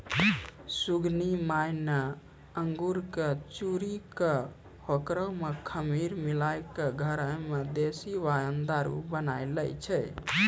सुगनी माय न अंगूर कॅ चूरी कॅ होकरा मॅ खमीर मिलाय क घरै मॅ देशी वाइन दारू बनाय लै छै